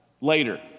later